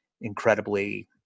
incredibly